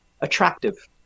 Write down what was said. attractive